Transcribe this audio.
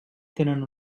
tenen